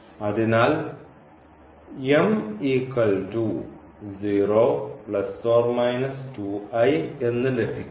അതിനാൽ എന്ന് ലഭിക്കുന്നു